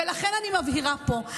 ולכן אני מבהירה פה,